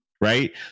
Right